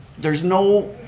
there's no